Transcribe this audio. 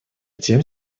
тем